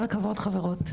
כל הכבוד חברות.